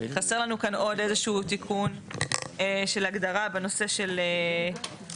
חסר לנו כאן עוד איזשהו תיקון של הגדרה בנושא של נפט.